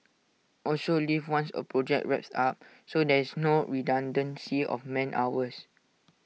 also leave once A project wraps up so there is no redundancy of man hours